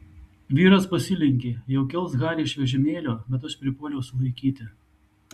vyras pasilenkė jau kels harį iš vežimėlio bet aš pripuoliau sulaikyti